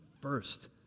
first